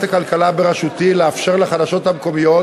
הכלכלה בראשותי לאפשר לחדשות המקומיות